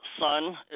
son